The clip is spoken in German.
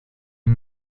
der